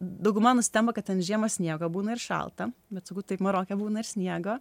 dauguma nustemba kad ten žiemą sniego būna ir šalta bet sakau taip maroke būna ir sniego